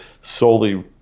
solely